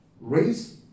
raise